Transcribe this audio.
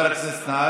חבר הכנסת נהרי.